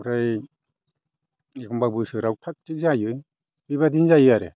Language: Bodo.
ओमफ्राय एखमब्ला बोसोराव थाख थिग जायो बिबादिनो जायो आरो